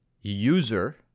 user